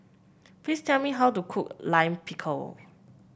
please tell me how to cook Lime Pickle